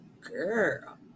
Girl